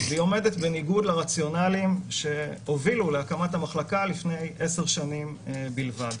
והיא עומדת בניגוד לרציונלים שהובילו להקמת המחלקה לפני עשר שנים בלבד.